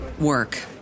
work